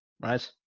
right